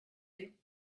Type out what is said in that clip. you